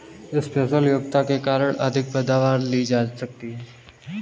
special योग्यता के कारण अधिक पैदावार ली जा सकती है